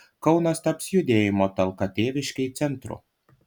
kaunas taps judėjimo talka tėviškei centru